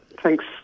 Thanks